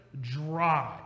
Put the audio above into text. dry